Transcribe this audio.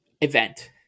event